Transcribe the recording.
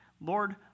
Lord